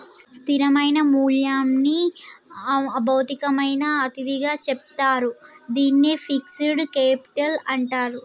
స్థిరమైన మూల్యంని భౌతికమైన అతిథిగా చెప్తారు, దీన్నే ఫిక్స్డ్ కేపిటల్ అంటాండ్రు